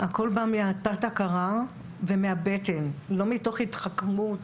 הכול בא מהתת הכרה והבטן, לא מתוך התחכמות.